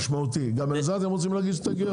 גם לזה אתם רוצים להגיש הסתייגויות?